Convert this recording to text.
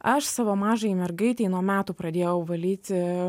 aš savo mažajai mergaitei nuo metų pradėjau valyti